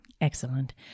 Excellent